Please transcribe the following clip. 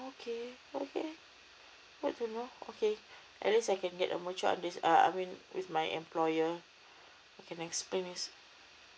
okay okay good to know okay at least I can get a mature under~ uh I mean with my employer can explain this